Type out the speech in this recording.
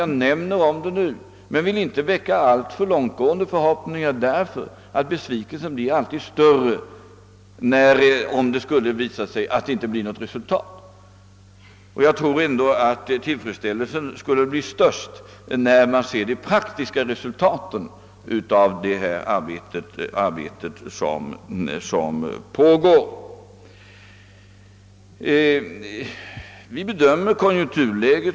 Jag talar om det nu men vill inte väcka några alltför långtgående förhoppningar, eftersom besvikelsen alltid blir mycket stor om förhandlingarna inte leder till positiva resultat. Tillfredsställelsen blir störst när man ser de praktiska resultaten av det arbete som pågår på detta område.